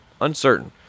Uncertain